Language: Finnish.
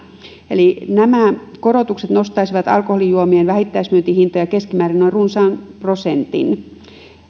eli nämä korotukset nostaisivat alkoholijuomien vähittäismyyntihintoja keskimäärin noin runsaan prosentin